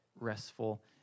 restful